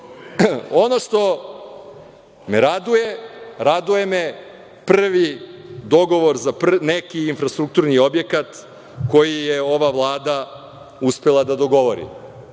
što me raduje, radujem me prvi dogovor za neki infrastrukturni objekata koji je ova Vlada uspela da dogovori,